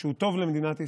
שהוא טוב למדינת ישראל,